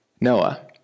Noah